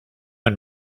and